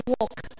walk